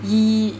!ee!